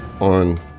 on